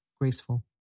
graceful